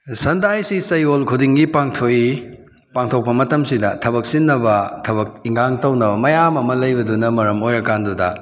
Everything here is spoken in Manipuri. ꯆꯌꯣꯜ ꯈꯨꯗꯤꯡꯒꯤ ꯄꯥꯡꯊꯣꯛꯏ ꯄꯥꯡꯊꯣꯛꯄ ꯃꯇꯝꯁꯤꯗ ꯊꯕꯛ ꯆꯤꯟꯅꯕ ꯊꯕꯛ ꯏꯟꯒꯥꯡ ꯇꯧꯅꯕ ꯃꯌꯥꯝ ꯑꯃ ꯂꯩꯕꯗꯨꯅ ꯃꯔꯝ ꯑꯣꯏꯔ ꯀꯥꯟꯗꯨꯗ